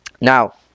now